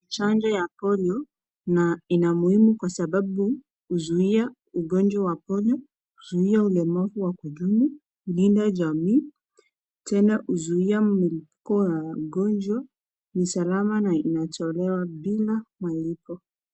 Chanjo ya polio na ina umuhimu kwa sababu, huzuia ugonjwa wa polio huzuia ulemavu wa hujuma, hulinda jamii tena huzuia muinuko wa ugonjwa ni salama na inatolewa bila malipo.